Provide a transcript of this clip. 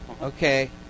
okay